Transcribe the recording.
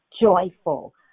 joyful